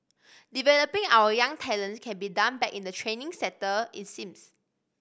developing our young talents can be done back in the training centre it seems